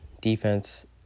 defense